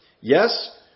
Yes